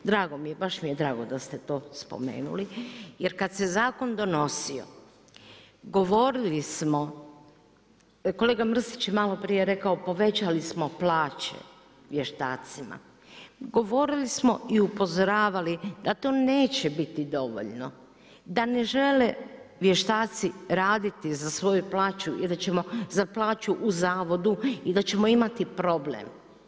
Drago mi je, baš mi je drago da ste to spomenuli jer kada se zakon donosio govorili smo, kolega Mrsić je malo prije rekao povećali smo plaće vještacima, govorili smo i upozoravali da to neće biti dovoljno da ne žele vještaci raditi za svoju plaću i da ćemo, za plaću u zavodu, i da ćemo imati problem.